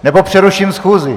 Nebo přeruším schůzi.